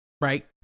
Right